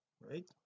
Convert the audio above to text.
right